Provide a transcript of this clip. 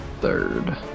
third